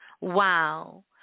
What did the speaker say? wow